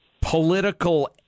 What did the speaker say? political